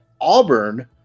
Auburn